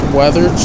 weather